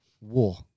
War